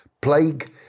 plague